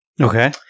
okay